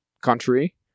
country